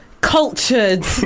cultured